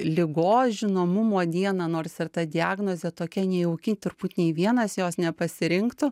ligos žinomumo dieną nors ir ta diagnozė tokia nejauki turbūt nei vienas jos nepasirinktų